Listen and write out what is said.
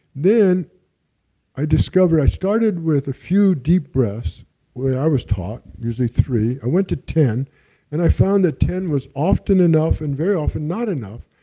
then i discover, i started with a few deep breaths, the way i was taught, usually three. i went to ten and i found that ten was often enough and very often, not enough.